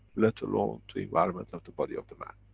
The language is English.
let alone to environment of the body of the man.